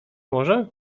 może